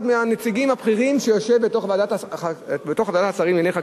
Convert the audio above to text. אחד מהנציגים הבכירים שיושב בוועדת השרים לענייני חקיקה.